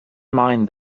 mind